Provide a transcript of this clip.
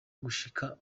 gushika